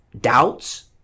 doubts